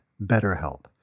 BetterHelp